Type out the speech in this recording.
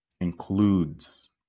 includes